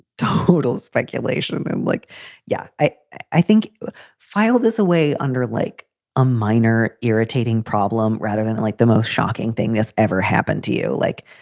total speculation. um and like yeah, i, i think filed this away under like a minor irritating problem rather than like the most shocking thing that's ever happened to you, like.